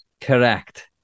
Correct